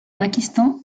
pakistan